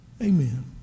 Amen